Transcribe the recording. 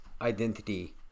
identity